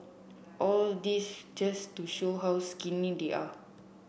all this just to show how skinny they are